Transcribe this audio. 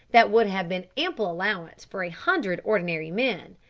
that would have been ample allowance for a hundred ordinary men.